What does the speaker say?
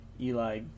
Eli